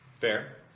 Fair